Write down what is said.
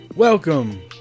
Welcome